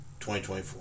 2024